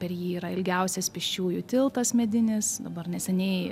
per jį yra ilgiausias pėsčiųjų tiltas medinis dabar neseniai